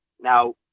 Now